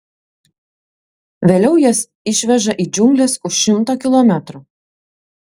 vėliau jas išveža į džiungles už šimto kilometrų